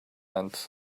end